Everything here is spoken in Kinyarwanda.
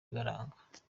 bibaranga